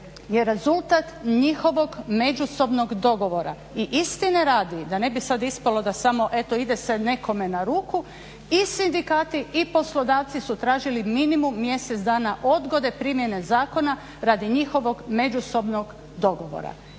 je rezultat njihovog međusobnog dogovora i istine radi da ne bi sad ispalo da samo eto ide se nekome na ruku i sindikati i poslodavci su tražili minimum mjesec dana odgode primjene zakona radi njihovog međusobnog dogovora